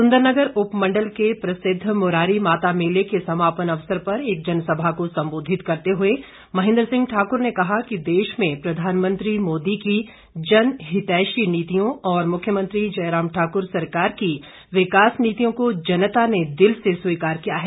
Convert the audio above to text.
सुन्दरनगर उपमण्डल के प्रसिद्व मुरारी माता मेले के समापन अवसर पर एक जनसभा को सम्बोधित करते हुए महेन्द्र सिंह ठाकुर ने कहा कि देश में प्रधानमंत्री मोदी की जनहितैषी नीतियों और मुख्यमंत्री जयराम ठाकुर सरकार की विकास नीतियों को जनता ने दिल से स्वीकार किया है